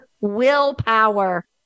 willpower